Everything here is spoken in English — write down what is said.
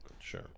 sure